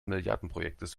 milliardenprojektes